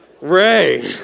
Ray